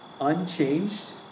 unchanged